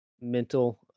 mental